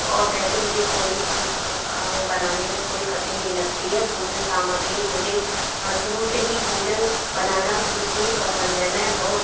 और वैसे मुझे कोई भी चीज़ बनाने में कोई कठिन नहीं लगती है भोजन सामाग्री मे मुझे हाँ शुरू से ही भोजन बनाना शुरू से ही पसंद है मैं बहुत